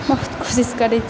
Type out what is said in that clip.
मुफ्त कोशिश करैत छी